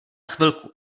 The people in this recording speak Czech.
chvilku